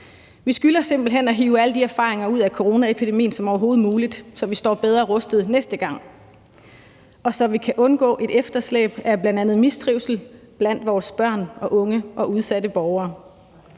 Vi skylder simpelt hen at hive så mange erfaringer ud af coronaepidemien som overhovedet muligt, så vi står bedre rustet næste gang, og så vi kan undgå et efterslæb af bl.a. mistrivsel blandt vores børn og unge og udsatte borgere.